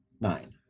nine